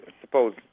suppose